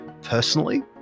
Personally